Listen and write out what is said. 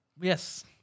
Yes